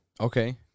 Okay